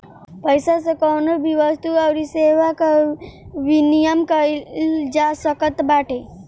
पईसा से कवनो भी वस्तु अउरी सेवा कअ विनिमय कईल जा सकत बाटे